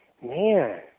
man